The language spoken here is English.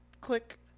click